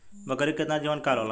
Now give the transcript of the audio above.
बकरी के केतना जीवन काल होला?